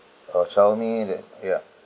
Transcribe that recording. uh tell me that ya